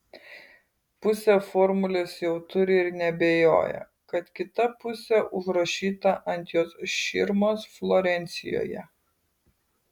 pusę formulės jau turi ir neabejoja kad kita pusė užrašyta ant jos širmos florencijoje